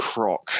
Croc